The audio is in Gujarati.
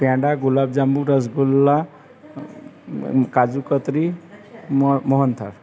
પેંડા ગુલાબ જાંબુ રસગુલ્લા કાજુકતરી મોહન મોહનથાળ